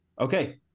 Okay